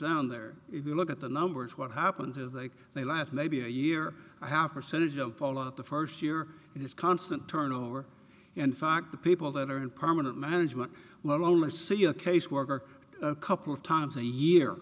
down there if you look at the numbers what happens is they they live maybe a year i have a percentage of all of the first year and it's constant turnover in fact the people that are in permanent management will only see a case worker a couple of times a year